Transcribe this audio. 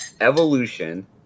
Evolution